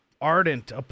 ardent